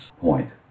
point